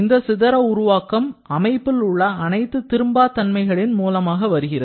இந்த சிதற உருவாக்கம் அமைப்பில் உள்ள அனைத்து திரும்பா தன்மைகளின் மூலமாக வருகிறது